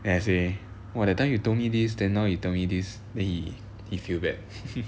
then I say !wah! that time you told me this then now you tell me this then he he feel bad